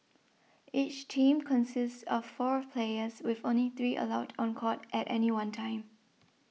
each team consists of four players with only three allowed on court at any one time